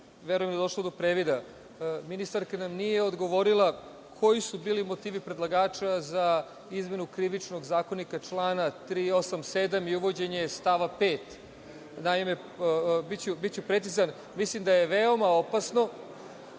da je došlo do previda. Ministarka nam nije odgovorila koji su bili motivi predlagača za izmenu Krivičnog zakonika člana 387. i uvođenje stava 5.Naime, biću precizan, mislim da je veoma opasno